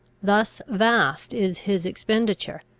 thus vast is his expenditure,